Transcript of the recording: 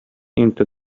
into